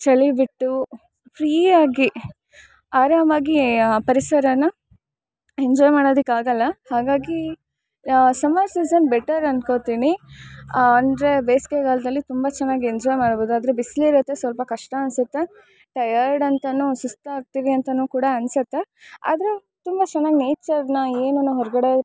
ಚಳಿ ಬಿಟ್ಟು ಫ್ರೀಯಾಗಿ ಆರಾಮಾಗಿ ಪರಿಸರನ ಎಂಜಾಯ್ ಮಾಡೋದಿಕ್ಕೆ ಆಗೋಲ್ಲ ಹಾಗಾಗಿ ಸಮ್ಮರ್ ಸೀಸನ್ ಬೆಟರ್ ಅನ್ಕೋತೀನಿ ಅಂದರೆ ಬೇಸಿಗೆಗಾಲ್ದಲ್ಲಿ ತುಂಬ ಚೆನ್ನಾಗಿ ಎಂಜಾಯ್ ಮಾಡ್ಬೌದು ಆದರೆ ಬಿಸ್ಲು ಇರುತ್ತೆ ಸ್ವಲ್ಪ ಕಷ್ಟ ಅನಿಸುತ್ತೆ ಟಯರ್ಡ್ ಅಂತನೂ ಸುಸ್ತಾಗ್ತೀವಿ ಅಂತನೂ ಕೂಡ ಅನಿಸುತ್ತೆ ಆದರೆ ತುಂಬ ಚೆನ್ನಾಗಿ ನೇಚರನ್ನ ಏನನ ಹೊರಗಡೆ